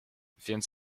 więc